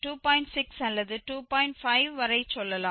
5 வரை சொல்லலாம்